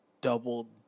double